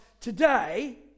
today